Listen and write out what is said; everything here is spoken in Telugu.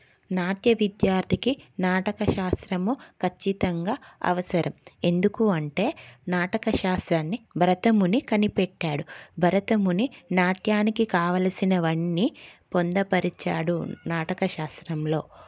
నాట్య విద్యార్థికి నాటక శాస్త్రము ఖచ్చితంగా అవసరం ఎందుకు అంటే నాటక శాస్త్రాన్ని భరత ముని కనిపెట్టాడు భరతముని నాట్యానికి కావాలిసినవన్నీ పొందుపరిచాడు నాటక శాస్త్రంలో